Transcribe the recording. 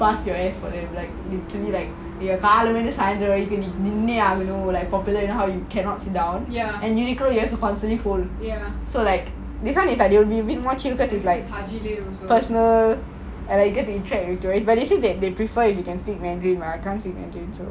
pass your S_O_S like literally காலைலேந்து சந்திரன் வரைக்கும் நினைவே ஆகணும்:kaalailanthu santhiram varaikum ninae aaganum like popular you know how you cannot sit down and uniqlo you have to constantly fold so like this one it will be a bit more chill because personal business they said that they prefer if you can speak mandarin but I can't speak